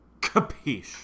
Capiche